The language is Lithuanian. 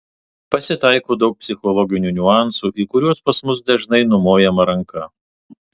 pasitaiko daug psichologinių niuansų į kuriuos pas mus dažnai numojama ranka